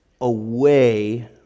away